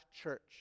church